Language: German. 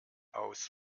aus